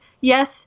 Yes